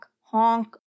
honk